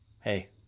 hey